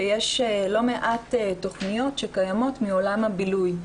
שיש לא מעט תכניות שקיימות מעולם הבילוי,